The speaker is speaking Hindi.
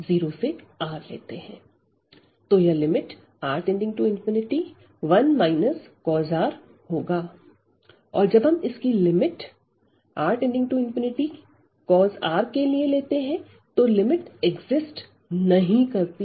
तो यह lim⁡R→∞1 R होगा और जब हम इसकी lim⁡R→∞ R के लिए लेते हैं तो लिमिट एक्जिस्ट नहीं करती